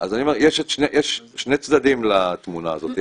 אז אני אומר, יש שני צדדים לתמונה הזאת.